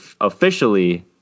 officially